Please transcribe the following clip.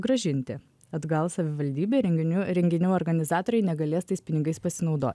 grąžinti atgal savivaldybei renginių renginių organizatoriai negalės tais pinigais pasinaudot